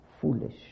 foolish